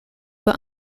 but